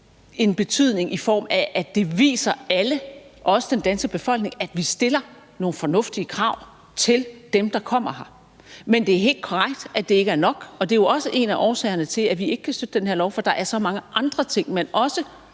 en betydning, i form af at det viser alle, også den danske befolkning, at vi stiller nogle fornuftige krav til dem, der kommer her. Men det er helt korrekt, at det ikke er nok. Det er jo også en af årsagerne til, at vi ikke kan støtte det her lovforslag, for der er så mange andre ting, man også